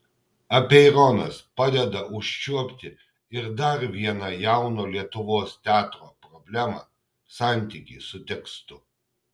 apeironas padeda užčiuopti ir dar vieną jauno lietuvos teatro problemą santykį su tekstu